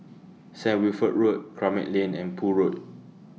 Saint Wilfred Road Kramat Lane and Poole Road